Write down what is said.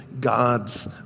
God's